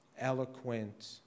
eloquent